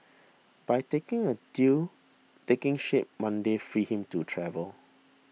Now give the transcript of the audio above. by taking a deal taking shape Monday freed him to travel